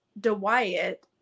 DeWyatt